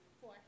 Four